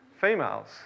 females